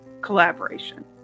collaboration